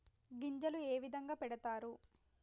గింజలు ఏ విధంగా పెడతారు?